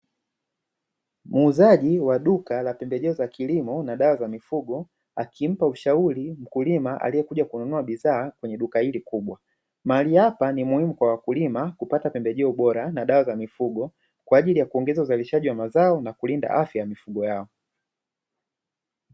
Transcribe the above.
Muuzaji wa duka la pembejeo za kilimo na dawa za mifugo, akimpa ushauri mkulima kununua bidhaa kwneye duka hili kubwa. Mahali hapa ni eneo muhimu kwa wakulima kupata pembejeo bora na dawa za mifugo kwa ajili ya kuongeza uzalishaji wa mazao na kulinda afya ya mifugo yao.